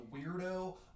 weirdo